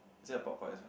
is there a Popeyes anot